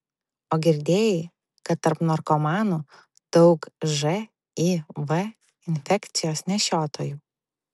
o girdėjai kad tarp narkomanų daug živ infekcijos nešiotojų